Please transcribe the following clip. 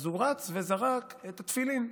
אז הוא רץ וזרק את התפילין.